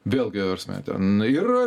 vėlgi ta prasme ten yra